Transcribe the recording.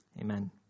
Amen